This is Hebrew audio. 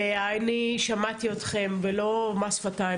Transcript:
ואני שמעתי אתכם ולא כמס שפתיים,